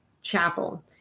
chapel